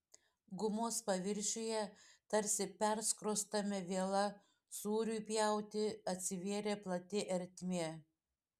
gumos paviršiuje tarsi perskrostame viela sūriui pjauti atsivėrė plati ertmė